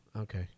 okay